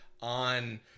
on